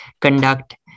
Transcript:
conduct